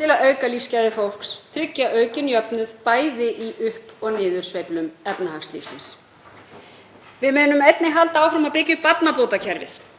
til að auka lífsgæði fólks og tryggja meiri jöfnuð, bæði í upp- og niðursveiflum efnahagslífsins. Við munum einnig halda áfram byggja upp barnabótakerfið